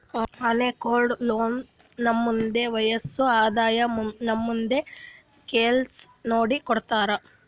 unsecured loan ನಮ್ದು ವಯಸ್ಸ್, ಆದಾಯ, ನಮ್ದು ಕೆಲ್ಸಾ ನೋಡಿ ಕೊಡ್ತಾರ್